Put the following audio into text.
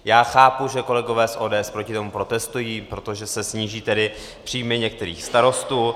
Já chápu, že kolegové z ODS proti tomu protestují, protože se sníží tedy příjmy některých starostů.